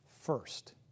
first